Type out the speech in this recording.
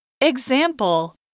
Example